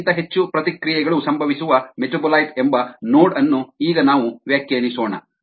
ಒಂದಕ್ಕಿಂತ ಹೆಚ್ಚು ಪ್ರತಿಕ್ರಿಯೆಗಳು ಸಂಭವಿಸುವ ಮೆಟಾಬೊಲೈಟ್ ಎಂಬ ನೋಡ್ ಅನ್ನು ಈಗ ನಾವು ವ್ಯಾಖ್ಯಾನಿಸೋಣ